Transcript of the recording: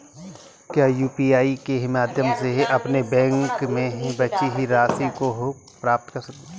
क्या यू.पी.आई के माध्यम से अपने बैंक में बची राशि को पता कर सकते हैं?